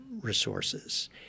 resources